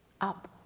up